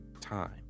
time